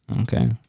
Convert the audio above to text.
Okay